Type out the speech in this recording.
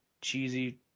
cheesy